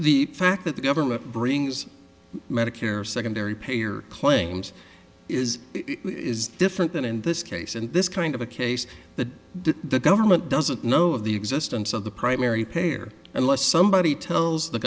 the fact that the government brings medicare secondary pay or claims is is different than in this case and this kind of a case that the government doesn't know of the existence of the primary payer unless somebody tells the